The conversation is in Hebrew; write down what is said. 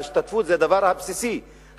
ההשתתפות זה הדבר הבסיסי,